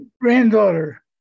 granddaughter